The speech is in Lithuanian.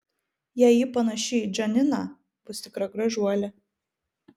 jei ji panaši į džaniną bus tikra gražuolė